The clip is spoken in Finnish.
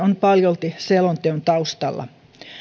on paljolti selonteon taustalla